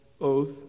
oath